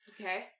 okay